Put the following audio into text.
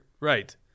Right